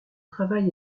travail